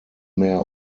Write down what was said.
mehr